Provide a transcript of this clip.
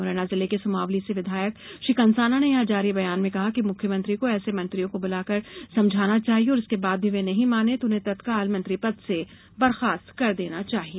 मुरैना जिले के सुमावली से विधायक श्री कंसाना ने यहां जारी बयान में कहा कि मुख्यमंत्री को ऐसे मंत्रियों को बुलाकर समझाना चाहिए और इसके बाद भी वे नहीं मानें तो उन्हें तत्कान मंत्री पद से बर्खास्त करना चाहिए